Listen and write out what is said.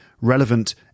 relevant